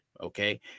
Okay